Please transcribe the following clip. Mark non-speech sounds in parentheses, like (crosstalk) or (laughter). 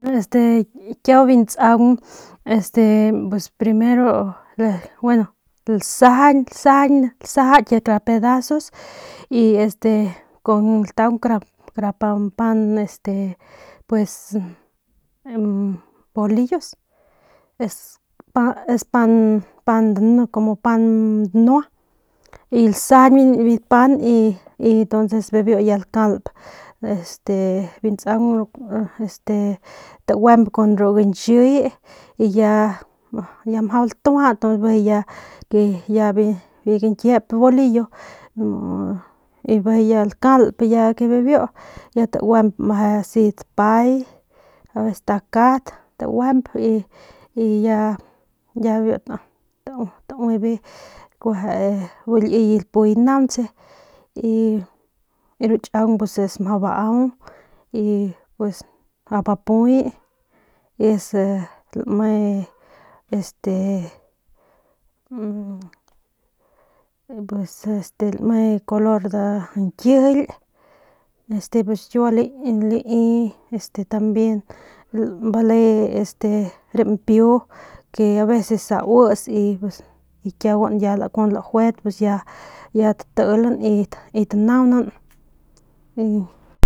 Pues kiau biu ntsaung este pus primero gueno lasajañ lasajañ lasajaky kara pedazos y lataung kara pan este este (hesitation) bolillos es como pan danua y lasajañ biu pan y y entonces bibiu ya lakalp este biu ntsaung este taguemp kun ru gañchiy ya mjau latuaja ya bijiy ya bi kañkiep biu bolillo ya lakalp ya ke bibiu ya taguemp meje asi dapay aveces stakat taguemp y ya biu tauibe kueje bu liye lapuye nauntse y ru chaung pus mjau baau y piues mjau bapuy y es lame este e m m este lame color ñkijily y kiua lai este tambien bale este rampiu ke aveces auits y kiuaguan ya kun lajuet pus ya tatilan y tanaunan y.